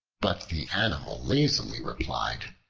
but the animal lazily replied,